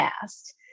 past